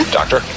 doctor